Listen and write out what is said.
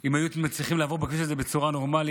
אם היו מצליחים לעבור בכביש הזה בצורה נורמלית.